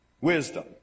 wisdom